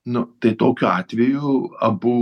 nu tai tokiu atveju abu